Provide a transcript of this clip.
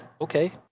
okay